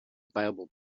viable